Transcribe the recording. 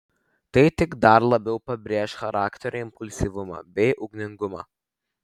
tai tik dar labiau pabrėš charakterio impulsyvumą bei ugningumą